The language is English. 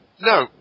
No